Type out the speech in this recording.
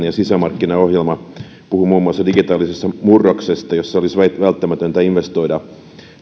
ja sisämarkkinaohjelma puhuvat muun muassa digitaalisesta murroksesta jossa olisi välttämätöntä investoida